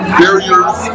barriers